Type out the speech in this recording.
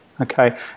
Okay